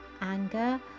anger